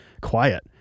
quiet